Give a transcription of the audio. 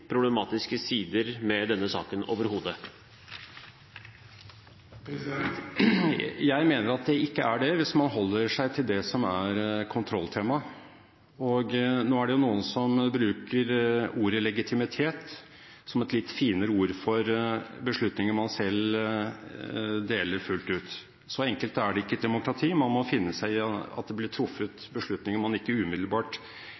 problematiske sider ved denne saken overhodet? Jeg mener at det ikke er det hvis man holder seg til det som er kontrolltemaet. Nå er det noen som bruker ordet «legitimitet», som et litt finere ord for beslutninger man selv deler fullt ut. Så enkelt er det ikke i et demokrati. Man må finne seg i at det blir truffet beslutninger man ikke umiddelbart